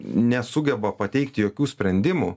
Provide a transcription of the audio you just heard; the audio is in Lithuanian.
nesugeba pateikti jokių sprendimų